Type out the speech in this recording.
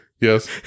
Yes